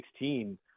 2016 –